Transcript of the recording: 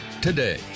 today